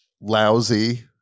lousy